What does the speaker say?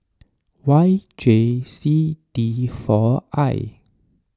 Y J C D four I